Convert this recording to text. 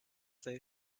they